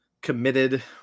committed